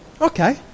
Okay